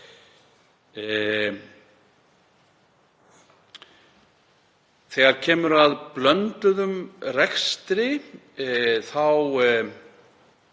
Þegar kemur að blönduðum rekstri